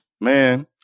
Man